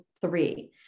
three